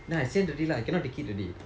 then I sian already lah I cannot take it already